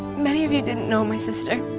many of you didn't know my sister,